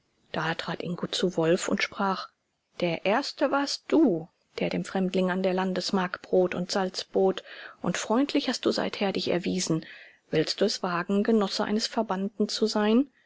da trat ingo zu wolf und sprach der erste warst du der dem fremdling an der landesmark brot und salz bot und freundlich hast du seither dich erwiesen willst du es wagen genosse eines verbannten zu sein